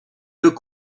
deux